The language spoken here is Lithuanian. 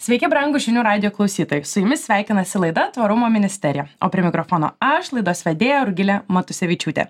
sveiki brangūs žinių radijo klausytojai su jumis sveikinasi laida tvarumo ministerija o prie mikrofono aš laidos vedėja rugilė matusevičiūtė